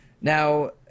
now